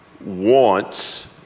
wants